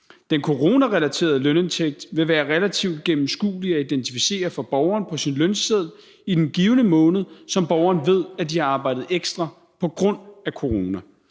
Den coronarelaterede lønindtægt vil være relativt gennemskuelig at identificere for den enkelte borger på sin lønseddel i den givne måned, som borgeren ved at man har arbejdet ekstra i på grund af corona.